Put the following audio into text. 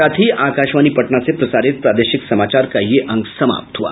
इसके साथ ही आकाशवाणी पटना से प्रसारित प्रादेशिक समाचार का ये अंक समाप्त हुआ